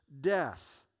death